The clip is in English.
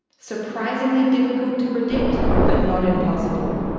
surprisingly difficult to predict but not impossible.